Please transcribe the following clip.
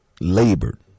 labored